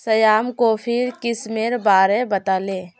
श्याम कॉफीर किस्मेर बारे बताले